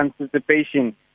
anticipation